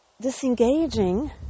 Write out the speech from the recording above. disengaging